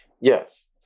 Yes